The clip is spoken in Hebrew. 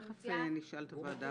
תכף נשאל את הוועדה הבוחנת.